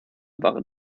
waren